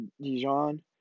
Dijon